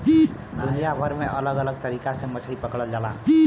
दुनिया भर में अलग अलग तरीका से मछरी पकड़ल जाला